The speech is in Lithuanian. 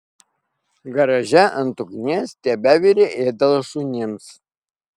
garaže ant ugnies tebevirė ėdalas šunims